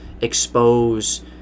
expose